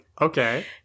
Okay